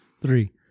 three